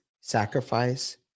sacrifice